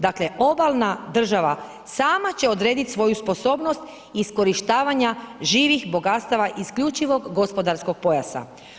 Dakle, obalna država sama će odredit svoju sposobnost iskorištavanja živih bogatstava isključivog gospodarskog pojasa.